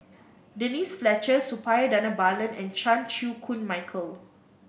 Denise Fletcher Suppiah Dhanabalan and Chan Chew Koon Michael